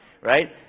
right